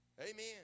Amen